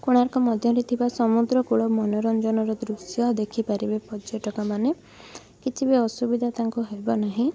କୋଣାର୍କ ମଧ୍ୟରେ ଥିବା ସମୂଦ୍ର କୂଳର ମନୋରଞ୍ଜନର ଦୃଶ୍ୟ ଦେଖି ପାରିବେ ପର୍ଯ୍ୟଟକମାନେ କିଛି ବି ଅସୁବିଧା ତାଙ୍କୁ ହେବ ନାହିଁ